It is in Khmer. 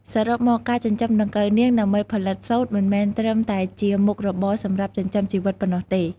សរុបមក ការចិញ្ចឹមដង្កូវនាងដើម្បីផលិតសូត្រមិនមែនត្រឹមតែជាមុខរបរសម្រាប់ចិញ្ចឹមជីវិតប៉ុណ្ណោះទេ។